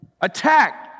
attack